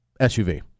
SUV